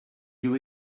you